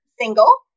single